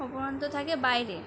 অপর প্রান্ত থাকে বাইরে